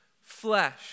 flesh